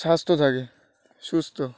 স্বাস্থ্য থাকে সুস্থ